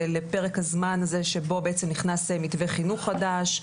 לפרק הזמן הזה שבו בעצם נכנס מתווה חינוך חדש,